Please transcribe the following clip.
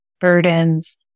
Burdens